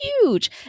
huge